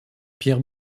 pierre